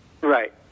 Right